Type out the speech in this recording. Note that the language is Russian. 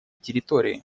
территории